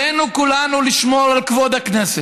עלינו כולנו לשמור על כבוד הכנסת.